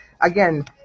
again